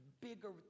bigger